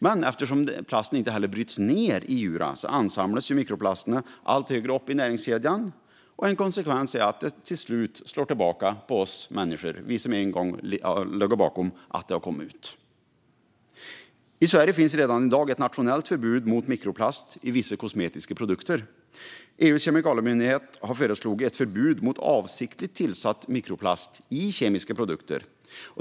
Men eftersom plasten inte heller bryts ned i djuren ansamlas mikroplasterna allt högre upp i näringskedjan med konsekvensen att det till slut slår tillbaka på oss människor, vi som en gång låg bakom att de kom ut. I Sverige finns redan i dag ett nationellt förbud mot mikroplast i vissa kosmetiska produkter. EU:s kemikaliemyndighet har föreslagit ett förbud mot avsiktligt tillsatta mikroplaster i kemiska produkter.